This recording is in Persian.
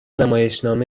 نمایشنامه